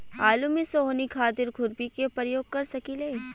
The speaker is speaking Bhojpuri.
आलू में सोहनी खातिर खुरपी के प्रयोग कर सकीले?